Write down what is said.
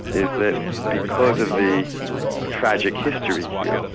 is that because of the tragic history here,